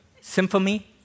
Symphony